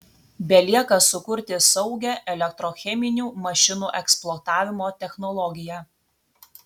belieka sukurti saugią elektrocheminių mašinų eksploatavimo technologiją